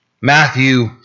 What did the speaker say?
Matthew